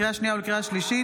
לקריאה שנייה ולקריאה שלישית: